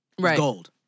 gold